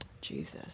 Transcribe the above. Jesus